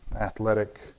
athletic